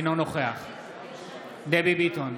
אינו נוכח דבי ביטון,